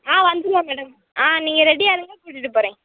ஆ வந்துரலாம் மேடம் ஆ நீங்கள் ரெடியாக இருங்க கூட்டிட்டுப்போகறேன்